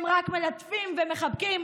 הם רק מלטפים ומחבקים,